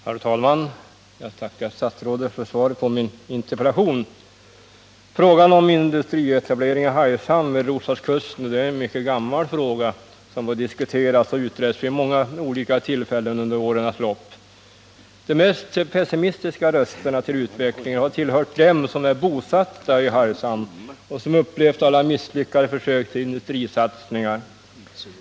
Herr talman! Jag tackar statsrådet för svaret på min interpellation. Frågan om industrietablering i Hargshamn vid Roslagskusten är mycket gammal och har diskuterats och utretts vid många olika tillfällen under årens lopp. De mest pessimistiska rösterna om utvecklingen har tillhört dem som är bosatta i Hargshamn och som upplevt alla misslyckade försök till industrisatsningar.